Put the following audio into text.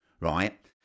right